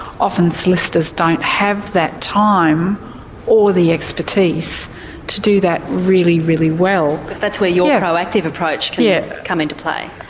often solicitors don't have that time or the expertise to do that really, really well. but that's where your proactive approach can yeah come into play.